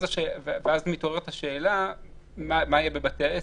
אז מתעוררת השאלה מה יהיה בבתי עסק.